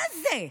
מה זה?